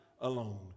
alone